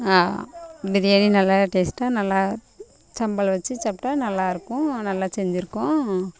பிரியாணி நல்லா டேஸ்ட்டாக நல்லா சம்பல் வச்சு சாப்ட்டா நல்லாயிருக்கும் நல்லா செஞ்சிருக்கோம்